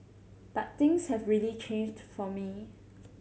but things have really changed for me